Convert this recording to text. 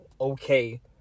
okay